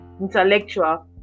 intellectual